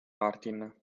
martin